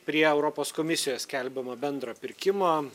prie europos komisijos skelbiamo bendro pirkimo